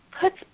puts